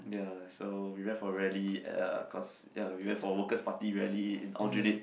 ya so we went for rally ya cause we went for Workers' Party rally in Aljunied